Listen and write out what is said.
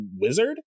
wizard